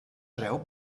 treu